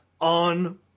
on